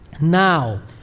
Now